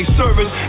service